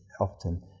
often